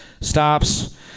stops